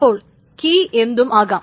അപ്പോൾ കീ എന്തും ആകാം